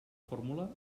fórmula